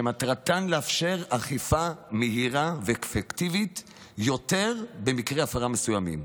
שמטרתן לאפשר אכיפה מהירה ואפקטיבית יותר במקרי הפרה מסוימים.